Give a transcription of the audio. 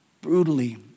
brutally